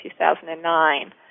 2009